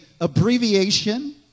abbreviation